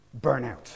burnout